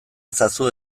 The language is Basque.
ezazu